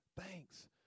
Thanks